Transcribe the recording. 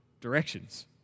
directions